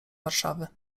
warszawy